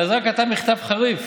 אלעזר כתב מכתב חריף